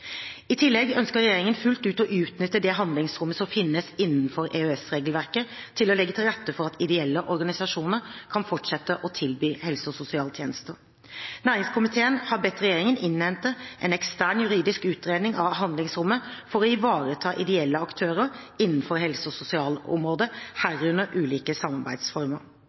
I tillegg ønsker regjeringen fullt ut å utnytte det handlingsrommet som finnes innenfor EØS-regelverket, til å legge til rette for at ideelle organisasjoner kan fortsette å tilby helse- og sosialtjenester. Næringskomiteen har bedt regjeringen innhente en ekstern juridisk utredning av handlingsrommet for å ivareta ideelle aktører innenfor helse- og sosialområdet, herunder ulike samarbeidsformer.